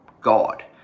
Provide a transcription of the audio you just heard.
God